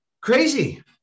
crazy